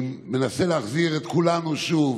אני מנסה להחזיר את כולנו שוב